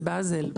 בבזל,